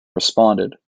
responded